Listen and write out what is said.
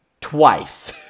twice